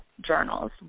Journals